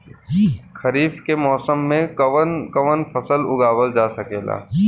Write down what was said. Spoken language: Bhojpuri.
खरीफ के मौसम मे कवन कवन फसल उगावल जा सकेला?